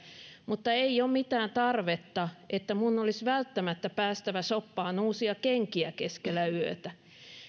mutta ei ole mitään tarvetta että olisi välttämättä päästävä shoppaamaan uusia kenkiä keskellä yötä